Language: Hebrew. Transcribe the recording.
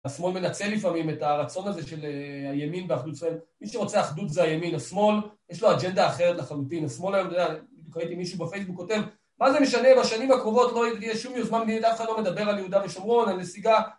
השמאל מנצל לפעמים את הרצון הזה של הימין באחדות ישראל. מי שרוצה אחדות זה הימין, השמאל, יש לו אג'נדה אחרת לחלוטין. השמאל היום, אתה יודע, ראיתי מישהו בפייסבוק, הוא כותב, מה זה משנה, בשנים הקרובות לא יהיה שום יוזמה ממילא אף אחד לא מדבר על יהודה ושומרון, על נסיגה.